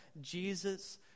Jesus